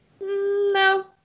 no